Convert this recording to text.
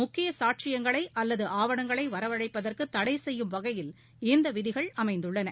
முக்கிய சாட்சியங்களை அல்லது ஆவணங்களை வரவழைப்பதற்கு தடை செய்யும் வகையில் இந்த விதிகள் அமைந்துள்ளன